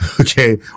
okay